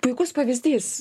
puikus pavyzdys